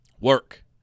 work